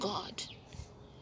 God